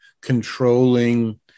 controlling